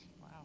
Wow